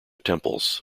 temples